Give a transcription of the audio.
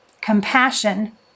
compassion